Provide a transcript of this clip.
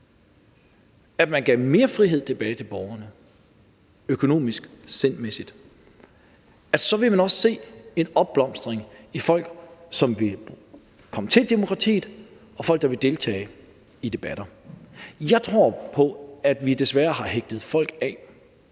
at man gav mere frihed tilbage til borgerne økonomisk og sindmæssigt – så ville man også se en opblomstring af folk, der ville komme til demokratiet, og folk, der ville deltage i debatter. Jeg tror på, at vi desværre har hægtet folk af